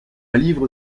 livre